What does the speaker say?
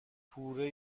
پوره